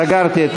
סגרתי את